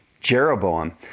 Jeroboam